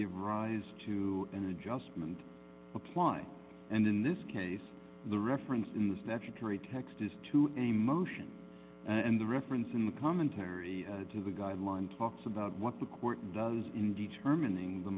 give rise to an adjustment apply and in this case the reference in the statutory text is to a motion and the reference in the commentary to the guideline talks about what the court does in determining the